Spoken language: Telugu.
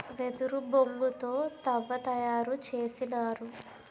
వెదురు బొంగు తో తవ్వ తయారు చేసినారు